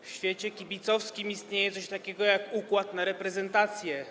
W świecie kibicowskim istnieje coś takiego jak układ na reprezentację.